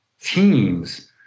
teams